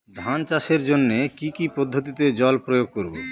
ধান চাষের জন্যে কি কী পদ্ধতিতে জল প্রয়োগ করব?